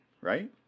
right